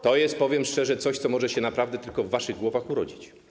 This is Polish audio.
To jest, powiem szczerze, coś, co może się naprawdę tylko w waszych głowach urodzić.